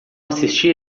assisti